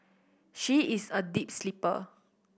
she is a deep sleeper